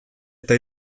eta